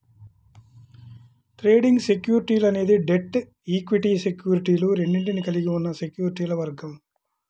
trading సెక్యూరిటీలు అనేది debt, equity సెక్యూరిటీలు రెండింటినీ కలిగి ఉన్న సెక్యూరిటీల వర్గం